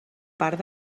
part